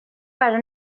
para